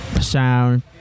sound